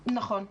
נכון.